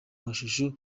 mashusho